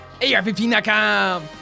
AR15.com